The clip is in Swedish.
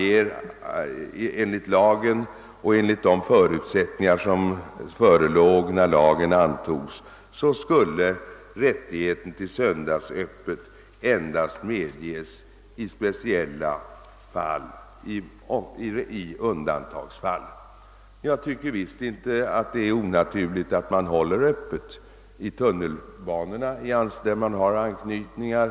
Enligt lagen och enligt de förutsättningar som förelåg när den antogs skulle tillstånd att ha söndagsöppet endast medgivas i speciella undantagsfall. Det är visst inte onaturligt att man håller öppet i tunnelbanestationer och där det finns anknytningar.